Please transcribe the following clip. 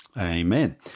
Amen